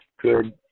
good